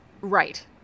Right